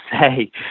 say